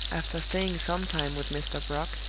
after staying some time with mr. brock,